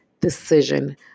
decision